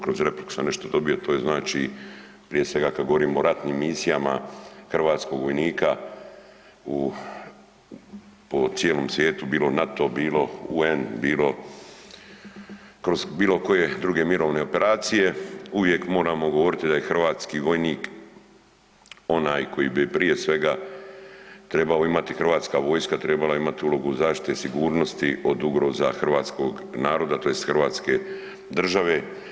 Kroz repliku sam nešto dobio, to je znači prije svega kada govorimo o ratnim misijama hrvatskog vojnika po cijelom svijetu, bilo NATO, bilo UN, bilo kroz bilo koje druge operacije, uvijek moramo govoriti da je hrvatski vojnik onaj koji bi prije svega trebao imati hrvatska vojska, trebala imati ulogu zaštite i sigurnosti od ugroza hrvatskog naroda tj. Hrvatske države.